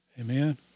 Amen